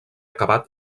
acabat